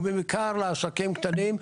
ובעיקר לעסקים קטנים,